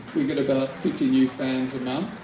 we get about fifty new fans a month.